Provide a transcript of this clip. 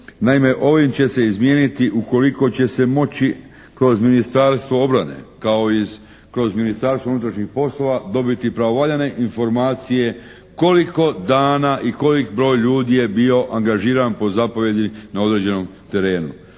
Naime, ovim će se izmijeniti ukoliko će se moći kroz Ministarstvo obrane kao i kroz Ministarstvo unutrašnjih poslova dobit pravovaljane informacije koliko dana i koliki broj ljudi je bio angažiran po zapovijedi na određenom terenu.